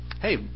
Hey